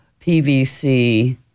PVC